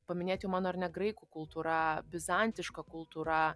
paminėta jau mano ar ne graikų kultūra bizantiška kultūra